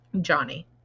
Johnny